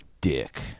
dick